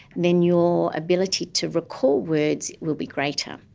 then your ability to recall words will be greater.